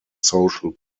social